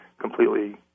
completely